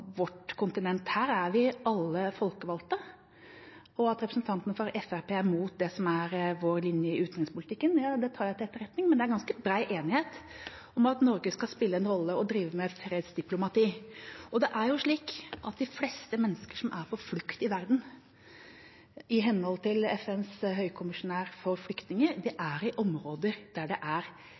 vårt kontinent. Her er vi alle folkevalgte, og at representanten fra Fremskrittspartiet er imot det som er vår linje i utenrikspolitikken, tar jeg til etterretning. Men det er ganske bred enighet om at Norge skal spille en rolle og drive med fredsdiplomati. Det er jo slik at de fleste mennesker som er på flukt i verden, i henhold til FNs høykommissær for flyktninger, er i områder der det er